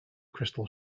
crystal